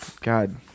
God